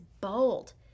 bold